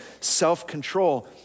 self-control